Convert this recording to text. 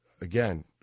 again